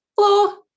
hello